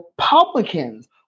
Republicans